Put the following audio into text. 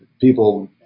people